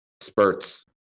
spurts